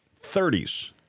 30s